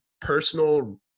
personal